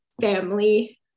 family